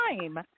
time